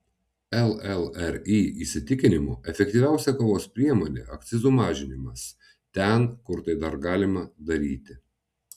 llri įsitikinimu efektyviausia kovos priemonė akcizų mažinimas ten kur tai dar galima daryti